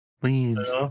please